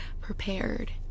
prepared